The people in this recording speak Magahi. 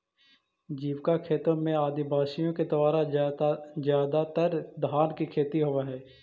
जीविका खेती में आदिवासियों के द्वारा ज्यादातर धान की खेती होव हई